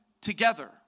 together